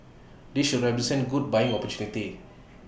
this should represent good buying opportunity